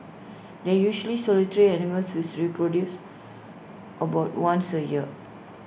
they usually solitary animals which reproduce about once A year